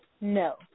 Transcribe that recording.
No